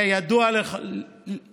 היה ידוע לכולם